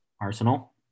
Arsenal